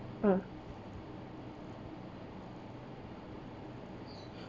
ah